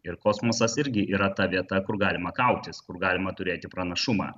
ir kosmosas irgi yra ta vieta kur galima kautis kur galima turėti pranašumą